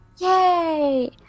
Yay